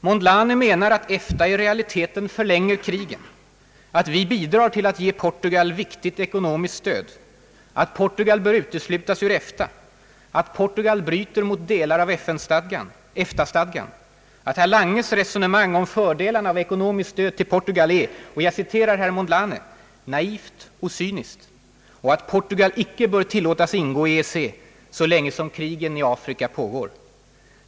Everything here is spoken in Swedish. Mondlane menar att EFTA i realiteten förlänger krigen, att vi bidrar till att ge Portugal viktigt ekonomiskt stöd, att Portugal bör uteslutas ur EFTA, att Portugal bryter mot delar av EFTA stadgan, att herr Langes resonemang om fördelarna av ekonomiskt stöd till Portugal är »naivt och cyniskt» och att Portugal icke bör tillåtas ingå i EEC så länge krigen i Afrika pågår.